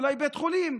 אולי בית חולים,